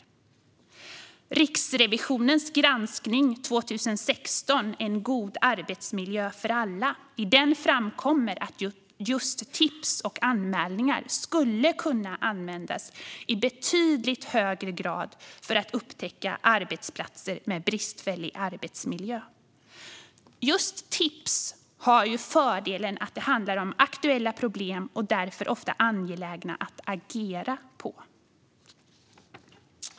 I Riksrevisionens granskning från 2016, En god arbetsmiljö för alla , framkommer att just tips och anmälningar skulle kunna användas i betydligt högre grad för att upptäcka arbetsplatser med bristfällig arbetsmiljö. Just tips har fördelen att det handlar om aktuella problem som det därför ofta är angeläget att man agerar på.